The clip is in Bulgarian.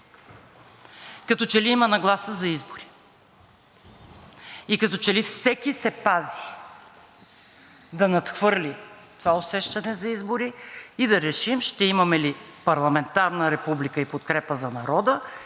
Като че ли има нагласа за избори и като че ли всеки се пази да надхвърли това усещане за избори и да решим ще имаме ли парламентарна република и подкрепа за народа,